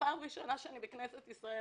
זאת הפעם הראשונה שאני בכנסת ישראל,